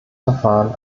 verfahren